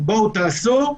בואו תעשו,